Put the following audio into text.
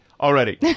already